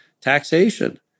taxation